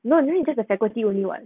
no then you got the faculty only [what]